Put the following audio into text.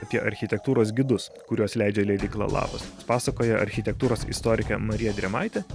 apie architektūros gidus kuriuos leidžia leidykla lapas pasakoja architektūros istorikė marija drėmaitė